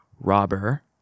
Robber